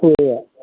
ഉവ്വ് ഉവ്വ